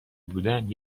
بودن